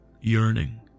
yearning